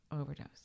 overdose